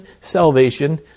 salvation